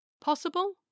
possible